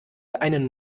einen